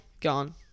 gone